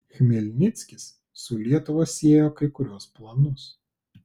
chmelnickis su lietuva siejo kai kuriuos planus